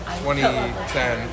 2010